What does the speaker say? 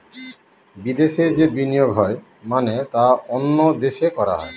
বিদেশে যে বিনিয়োগ হয় মানে তা অন্য দেশে করা হয়